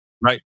Right